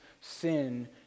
sin